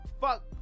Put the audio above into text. fuck